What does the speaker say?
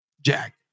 Jack